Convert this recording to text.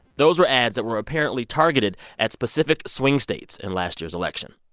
those were ads that were apparently targeted at specific swing states in last year's election.